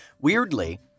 Weirdly